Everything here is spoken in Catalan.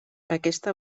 aquesta